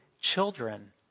children